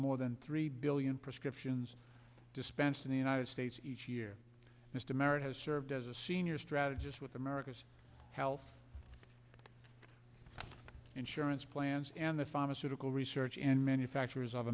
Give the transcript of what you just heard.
more than three billion prescriptions dispensed in the united states each year mr merritt has served as a senior strategist with america's health insurance plans and the pharmaceutical research and manufacturers of